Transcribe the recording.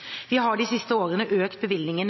Vi har de siste årene økt bevilgningene